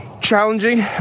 challenging